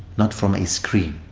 not from a screen.